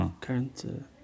current